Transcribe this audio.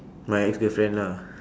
my ex-girlfriend lah